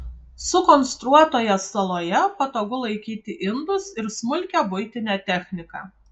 sukonstruotoje saloje patogu laikyti indus ir smulkią buitinę techniką